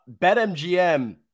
BetMGM